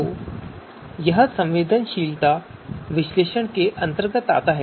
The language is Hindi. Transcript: तो यह संवेदनशीलता विश्लेषण के क्षेत्र में आता है